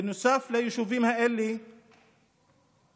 בנוסף ליישובים האלה הוקמו